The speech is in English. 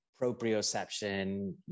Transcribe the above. proprioception